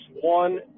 one